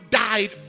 died